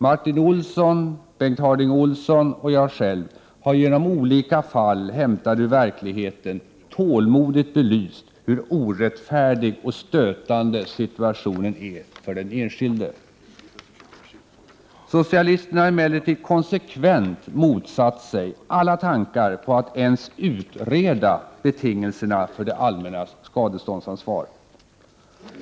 Martin Olsson, Bengt Harding Olson och jag själv har genom olika fall hämtade ur verkligheten tålmodigt belyst hur orättfärdig och stötande situationen är för den enskilde. Socialisterna har emellertid konsekvent motsatt sig alla tankar på att ens utreda betingelserna för det allmännas skadeståndsansvar.